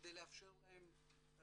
כדי לאפשר להם את